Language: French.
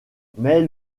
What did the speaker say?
mais